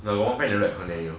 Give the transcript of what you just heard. the long back lah 你的朋友